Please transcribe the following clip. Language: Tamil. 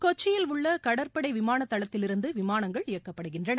கொச்சியில் உள்ள கடற்படை விமான தளத்திலிருந்து விமானங்கள் இயக்கப்படுகின்றன